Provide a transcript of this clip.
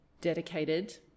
dedicated